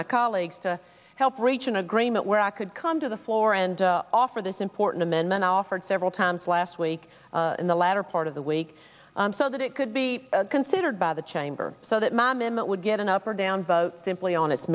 my colleagues to help reach an agreement where i could come to the floor and offer this important amendment offered several times last week in the latter part of the week so that it could be considered by the chamber so that mamet would get an up or down vote simply on its